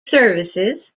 services